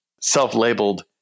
self-labeled